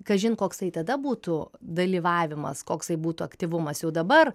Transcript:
kažin koks tai tada būtų dalyvavimas koksai būtų aktyvumas jau dabar